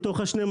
מתוך ה-12,